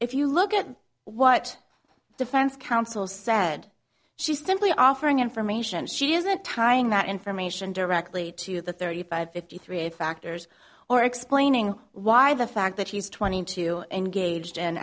if you look at what the defense counsel said she simply offering information she isn't tying that information directly to the thirty five fifty three factors or explaining why the fact that she's twenty two engaged and